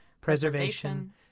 preservation